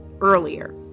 earlier